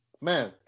Man